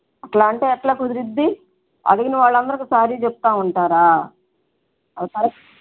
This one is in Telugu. అట్లా అంటే ఎట్లా కుదురిద్ది అడిగిన వాళ్ళందరికి సారి చెప్తు ఉంటారా అ